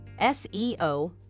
SEO